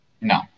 No